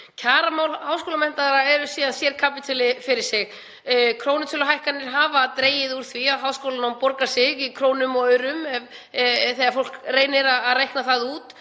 Kjaramál háskólamenntaðra eru síðan sérkapítuli út af fyrir sig. Krónutöluhækkanir hafa dregið úr því að háskólanám borgi sig í krónum og aurum þegar fólk reynir að reikna það út